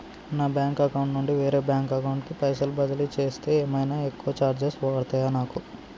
నా bank account నుండి వేరే బ్యాంక్ అకౌంట్ కి పైసల్ బదిలీ చేస్తే ఏమైనా ఎక్కువ చార్జెస్ పడ్తయా నాకు?